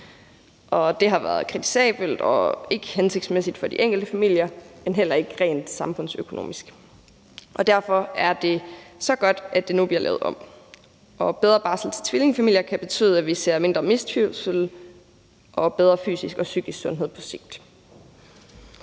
Det har været kritisabelt og ikke hensigtsmæssigt for de enkelte familier, men heller ikke rent samfundsøkonomisk, og derfor er det så godt, at det nu bliver lavet om. Bedre barsel til tvillingefamilier kan betyde, at vi ser mindre mistrivsel og bedre fysisk og psykisk sundhed på sigt.